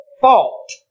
fault